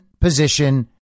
position